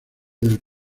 del